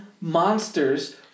monsters